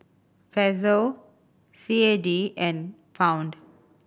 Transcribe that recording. Peso C A D and Pound